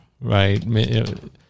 right